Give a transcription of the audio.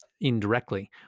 indirectly